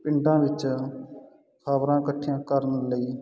ਪਿੰਡਾਂ ਵਿੱਚ ਖ਼ਬਰਾਂ ਇਕੱਠੀਆਂ ਕਰਨ ਲਈ